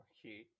Okay